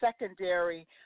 secondary